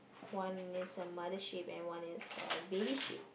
one is a mother sheep and one is a baby sheep